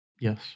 Yes